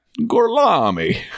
Gorlami